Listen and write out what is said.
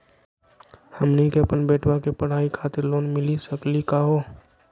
हमनी के अपन बेटवा के पढाई खातीर लोन मिली सकली का हो?